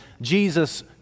Jesus